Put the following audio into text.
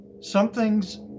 something's